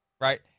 right